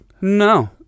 No